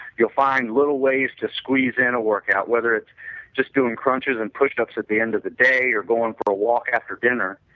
you'll find little way to squeeze and workout, whether it's just doing crunches and push-ups at the end of the day, you're going for a walk after dinner,